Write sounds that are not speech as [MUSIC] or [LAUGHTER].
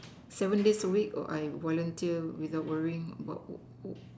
seven days a week I volunteer without worrying about [NOISE]